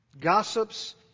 Gossips